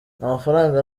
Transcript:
amafaranga